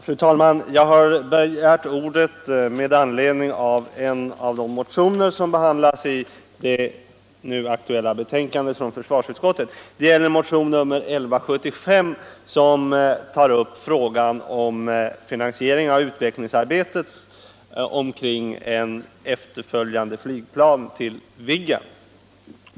Fru talman! Jag har begärt ordet med anledning av en av de motioner som behandlas i det nu aktuella betänkandet från försvarsutskottet. Det gäller motionen 1175, som tar upp frågan om finansiering av utvecklingsarbetet kring ett efterföljande flygplan till Viggen.